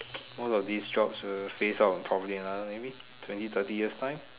most of these jobs will face out in probably another maybe twenty thirty years time